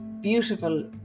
beautiful